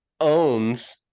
owns